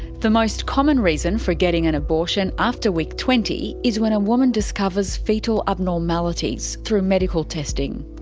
the most common reason for getting an abortion after week twenty is when a woman discovers fetal abnormalities through medical testing.